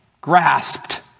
grasped